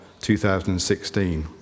2016